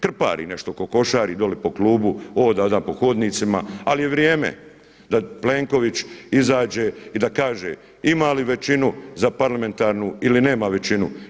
Krpari nešto, kokošari dole po klubu, hoda da po hodnicima ali je vrijeme da Plenković izađe i da kaže ima li većinu za parlamentarnu ili nema većinu.